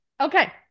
Okay